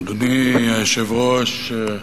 אדוני היושב-ראש,